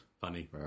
Funny